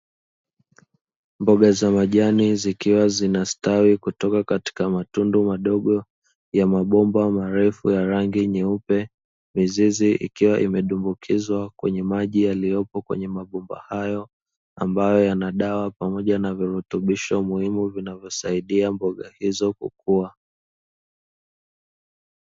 Mboga za majani zikiwa zinastawi kutoka kwenye matundu madogo ya mabomba marefu yenye rangi nyeupe. Mizizi ikiwa imedumbukizwa kwenye maji yaliyopo kwenye mabomba hayo ambayo yana dawa pamoja na virutubisho muhimu vinavyosaidia mboga hizo kukua.